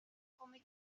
come